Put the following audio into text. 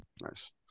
Nice